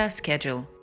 schedule